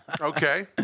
Okay